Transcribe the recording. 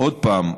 עוד פעם,